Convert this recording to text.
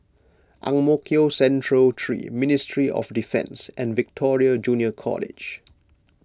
Ang Mo Kio Central three Ministry of Defence and Victoria Junior College